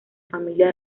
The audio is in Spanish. familia